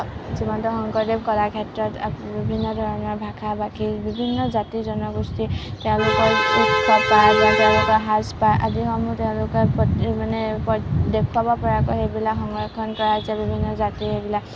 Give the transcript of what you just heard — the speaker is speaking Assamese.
শ্ৰীমন্ত শংকৰদেৱ কলাক্ষেত্ৰত বিভিন্ন ধৰণৰ ভাষা ভাষীৰ বিভিন্ন জাতি জনগোষ্ঠীৰ তেওঁলোকৰ উৎসৱ পাৰ্ৱণ বা তেওঁলোকৰ সাজপাৰ আদি সমূহ তেওঁলোকৰ প্ৰতি মানে দেখুৱাব পৰাকৈ সেইবিলাক সংৰক্ষণ কৰা হৈছে বিভিন্ন জাতিৰ সেইবিলাক